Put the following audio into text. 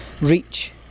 reach